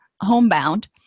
homebound